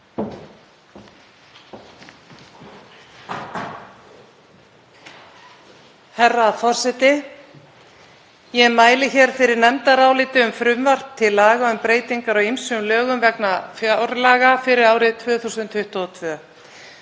Herra forseti. Ég mæli hér fyrir nefndaráliti um frumvarp til laga um breytingu á ýmsum lögum vegna fjárlaga fyrir árið 2022.